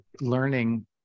learning